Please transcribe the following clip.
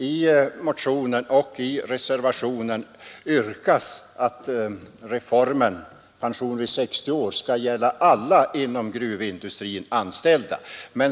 I motionen och i reservationen yrkas att reformen pension vid 60 års ålder skall gälla alla inom gruvindustrin anställda.